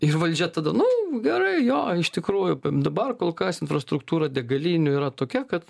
ir valdžia tada nu gerai jo iš tikrųjų dabar kol kas infrastruktūra degalinių yra tokia kad